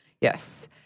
Yes